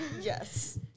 yes